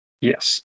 Yes